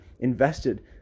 invested